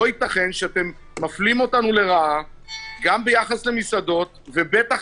לא יתכן שאתם מפלים אותנו לרעה גם ביחס למסעדות ובטח